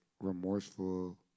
remorseful